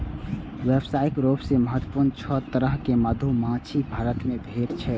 व्यावसायिक रूप सं महत्वपूर्ण छह तरहक मधुमाछी भारत मे भेटै छै